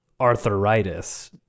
arthritis